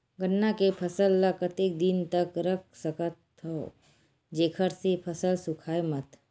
गन्ना के फसल ल कतेक दिन तक रख सकथव जेखर से फसल सूखाय मत?